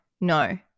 no